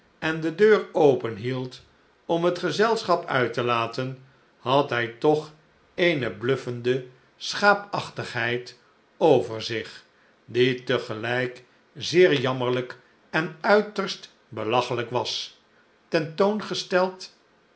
en de deur openhield om het gezelschap uit te laten had hij toch eene bluffende schaapachtigheid over zich die tegelijk zeer jammerlijk en uiterst belachelijk was tentoongesteld